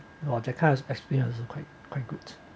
oh that kind of experience also quite quite good